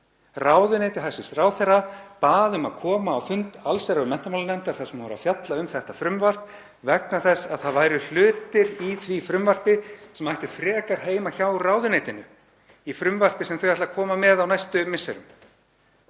Ráðuneyti hæstv. ráðherra bað um að koma á fund allsherjar- og menntamálanefndar þar sem verið var að fjalla um þetta frumvarp vegna þess að það væru hlutir í frumvarpinu sem ættu frekar heima hjá ráðuneytinu í frumvarpi sem þau ætla að koma með á næstu misserum.